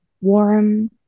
warm